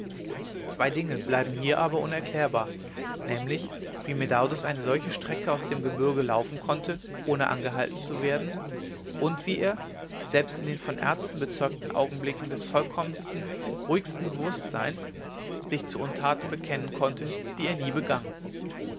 zwei dinge bleiben hier aber unerklärbar nämlich wie medardus eine solche strecke aus dem gebürge laufen konnte ohne angehalten zu werden und wie er selbst in den von ärzten bezeugten augenblicken des vollkommensten ruhigsten bewußtseins sich zu untaten bekennen konnte die er nie begangen